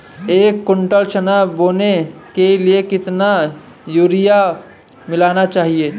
एक कुंटल चना बोने के लिए कितना यूरिया मिलाना चाहिये?